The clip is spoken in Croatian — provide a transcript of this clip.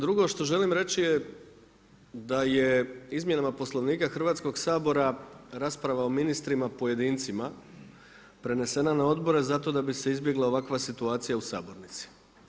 Drugo što želim reć je da je izmjenama Poslovnika Hrvatskog sabora, rasprava o ministrima pojedincima, prenesena na odbore, zato da bi se izbjegla ovakva situacija u sabornici.